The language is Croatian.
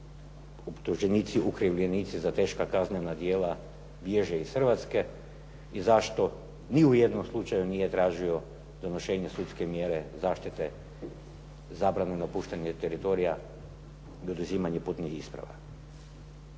optuženici, okrivljenici za teška kaznena djela bježe iz Hrvatske i zašto ni u jednom slučaju nije tražio donošenje sudske mjere zaštite zabrane napuštanja teritorija i oduzimanje putnih isprava?